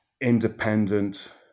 independent